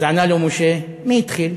אז ענה לו משה: מי התחיל?